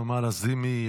נעמה לזימי,